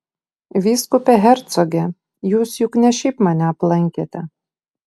vyskupe hercoge jūs juk ne šiaip mane aplankėte